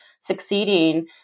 succeeding